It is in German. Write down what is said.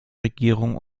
regierung